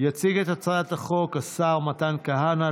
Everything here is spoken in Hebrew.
יציג את הצעת החוק השר מתן כהנא.